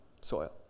soil